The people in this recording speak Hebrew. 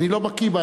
אני לא בקי בה,